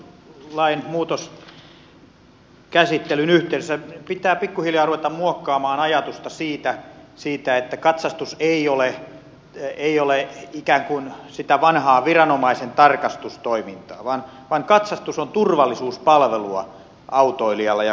tässä katsastuslain muutoskäsittelyn yhteydessä pitää pikkuhiljaa ruveta muokkaamaan ajatusta siitä että katsastus ei ole ikään kuin sitä vanhaa viranomaisen tarkastustoimintaa vaan katsastus on turvallisuuspalvelua autoilijalle ja kuluttajille